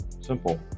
Simple